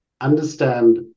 understand